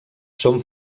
són